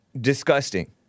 disgusting